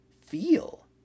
feel